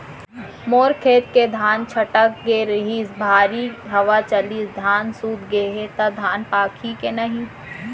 मोर खेत के धान छटक गे रहीस, भारी हवा चलिस, धान सूत गे हे, त धान पाकही के नहीं?